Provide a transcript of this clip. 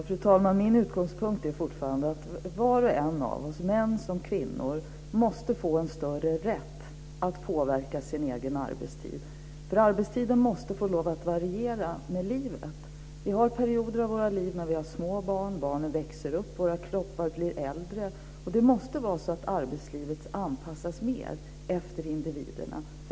Fru talman! Min utgångspunkt är fortfarande att var och en av oss, man som kvinna, måste få en större rätt att påverka sin egen arbetstid. Arbetstiden måste få lov att variera med livet. Vi har perioder av våra liv när vi har små barn, barnen växer upp, våra kroppar blir äldre, och då måste arbetslivet anpassas mer efter individerna.